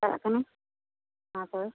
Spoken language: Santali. ᱪᱟᱞᱟᱜ ᱠᱟᱹᱱᱟᱹᱧ ᱢᱟᱛᱚᱵᱮ